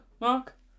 Mark